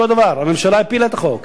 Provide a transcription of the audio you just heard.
אותו דבר, הממשלה הפילה את החוק.